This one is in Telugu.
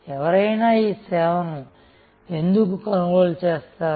ఎవరైనా ఈ సేవను ఎందుకు కొనుగోలు చేస్తారు